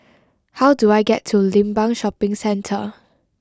how do I get to Limbang Shopping Centre